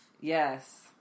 Yes